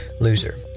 loser